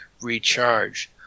recharge